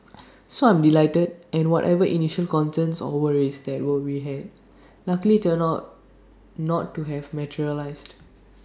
so I'm delighted and whatever initial concerns or worries that what we had luckily turned out not to have materialised